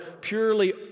purely